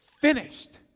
finished